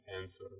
answers